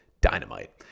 dynamite